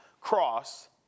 cross